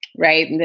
right. and